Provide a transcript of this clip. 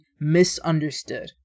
misunderstood